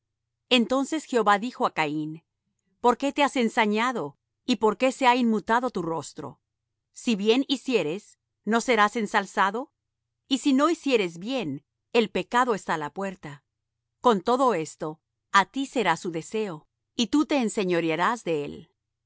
entonces jehová dijo á caín por qué te has ensañado y por qué se ha inmutado tu rostro si bien hicieres no serás ensalzado y si no hicieres bien el pecado está á la puerta con todo esto á ti será su deseo y tú te enseñorearás de él y